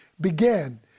began